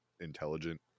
intelligent